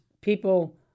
people